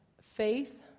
faith